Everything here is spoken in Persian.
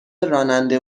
راننده